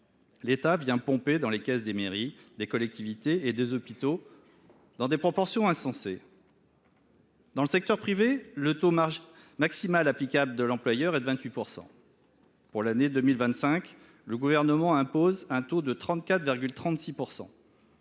l’État vient pomper dans les caisses des mairies, des collectivités et des hôpitaux dans des proportions insensées. Dans le secteur privé, le taux maximal applicable à l’employeur est de 28 %. Pour l’année 2025, le Gouvernement impose aux employeurs